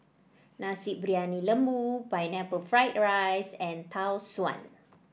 Nasi Briyani Lembu Pineapple Fried Rice and Tau Suan